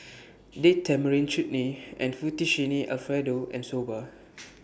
Date Tamarind Chutney Fettuccine Alfredo and Soba